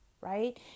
right